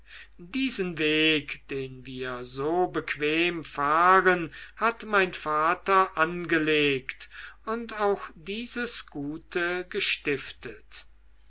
diesen weg den wir so bequem fahren hat mein vater angelegt und auch dieses gute gestiftet